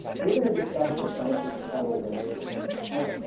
we're going to discuss the benefits of federal registration. now,